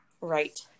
Right